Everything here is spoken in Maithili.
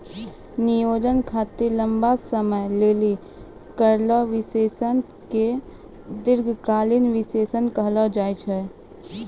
नियोजन खातिर लंबा समय लेली करलो विश्लेषण के दीर्घकालीन विष्लेषण कहलो जाय छै